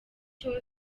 cyo